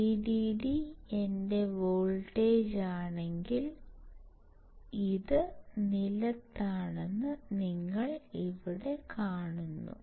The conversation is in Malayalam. VDD എന്റെ വോൾട്ടേജാണെങ്കിൽ ഇത് നിലത്താണെന്ന് നിങ്ങൾ ഇവിടെ കാണുന്നു